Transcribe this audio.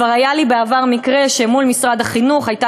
כבר היה לי בעבר מקרה שמול משרד החינוך הייתה